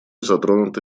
затронуты